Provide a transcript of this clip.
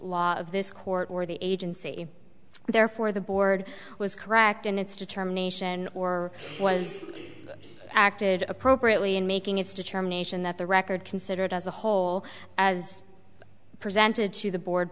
law of this court or the agency therefore the board was correct in its determination or was acted appropriately in making its determination that the record considered as a whole as presented to the board